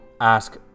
ask